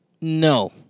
No